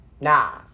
Nah